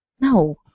no